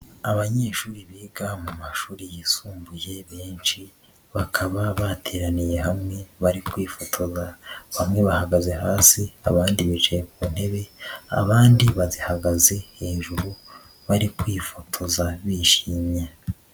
Abanyeshuri biga mu mashuri yisumbuye benshi, bakaba bateraniye hamwe bari kwifotoza. Bamwe bahagaze hasi abandi bicaye ku ntebe, abandi bazihagaze hejuru bari kwifotoza bishimye.